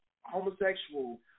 homosexual